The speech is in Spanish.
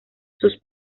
sus